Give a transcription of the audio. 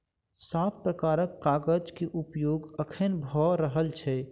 सात प्रकारक कागज के उपयोग अखैन भ रहल छै